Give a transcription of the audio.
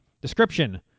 Description